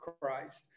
Christ